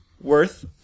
worth